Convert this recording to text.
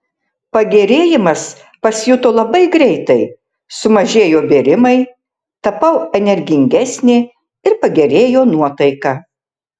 pagerėjimas pasijuto labai greitai sumažėjo bėrimai tapau energingesnė ir pagerėjo nuotaika